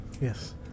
Yes